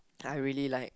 I really like